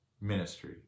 ministry